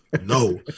No